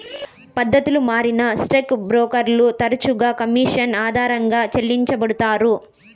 పద్దతులు మారినా స్టాక్ బ్రోకర్లు తరచుగా కమిషన్ ఆధారంగా చెల్లించబడతారు